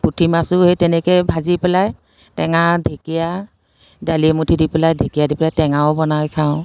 পুঠি মাছো সেই তেনেকেই ভাজি পেলাই টেঙা ঢেঁকীয়া দালি এমুঠি দি পেলাই ঢেঁকীয়া দি পেলাই টেঙাও বনাই খাওঁ